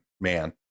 man